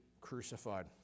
crucified